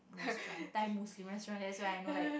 restaurant Thai Muslim restaurant that's like not like